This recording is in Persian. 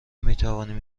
میتوانیم